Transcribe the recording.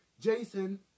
Jason